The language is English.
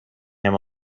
him